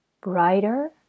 Brighter